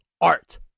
art